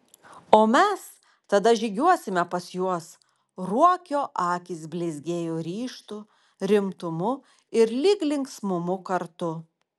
o mes tada žygiuosime pas juos ruokio akys blizgėjo ryžtu rimtumu ir lyg linksmumu kartu